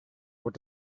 what